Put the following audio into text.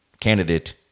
candidate